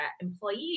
employees